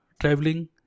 traveling